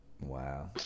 wow